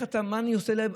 מה אני עושה להם?